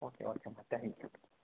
okay okay ಅಮ್ಮ thank you